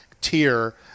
tier